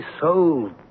sold